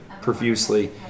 profusely